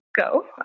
go